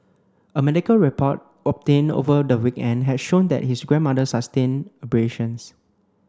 a medical report obtained over the weekend had showed that his grandmother sustained abrasions